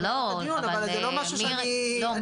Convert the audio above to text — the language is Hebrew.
אבל זה לא משהו ש --- לא,